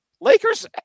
Lakers